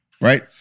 Right